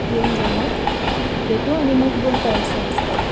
येऊन जा मग भेटू आणि मग बोलता येईल सविस्तर